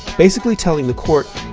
basically telling the court,